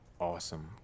awesome